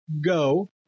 go